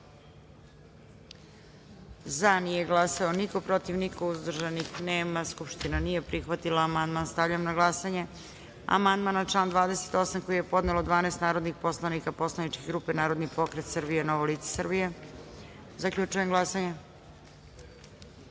glasanje: za – niko, protiv – niko, uzdržan – jedan. Skupština nije prihvatila ovaj amandman. Stavljam na glasanje amandman na član 18. koji je podnelo 12 narodnih poslanika Poslaničke grupe Narodni pokret Srbije – Novo lice Srbije. Zaključujem glasanje: